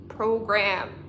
program